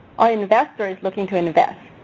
our investor is looking to invest.